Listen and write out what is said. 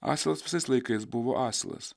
asilas visais laikais buvo asilas